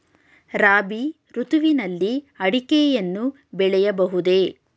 ರಾಬಿ ಋತುವಿನಲ್ಲಿ ಅಡಿಕೆಯನ್ನು ಬೆಳೆಯಬಹುದೇ?